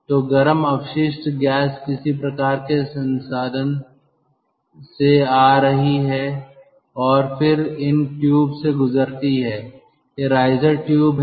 तो गर्म अपशिष्ट गैस किसी प्रकार के संसाधन से आ रही है और फिर इन ट्यूब से गुजरती है ये राइजर ट्यूब हैं